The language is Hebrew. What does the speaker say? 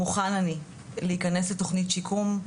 מוכן אני להיכנס לתכנית שיקום,